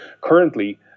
currently